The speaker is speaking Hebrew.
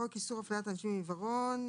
אנשים חולים,